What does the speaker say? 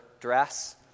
dress